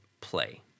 play